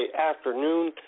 afternoon